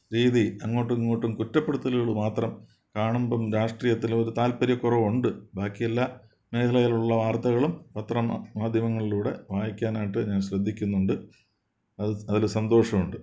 രീതി അങ്ങോട്ടും ഇങ്ങോട്ടും കുറ്റപ്പെടുത്തലുകൾ മാത്രം കാണുമ്പം രാഷ്ട്രീയത്തിലോട്ട് താല്പര്യക്കുറവുണ്ട് ബാക്കി എല്ലാ മേഖലകളിലുള്ള വാർത്തകളും പത്ര മാധ്യമങ്ങളിലൂടെ വായിക്കാനായിട്ട് ഞാൻ ശ്രദ്ധിക്കുന്നുണ്ട് അത് അതിൽ സന്തോഷമുണ്ട്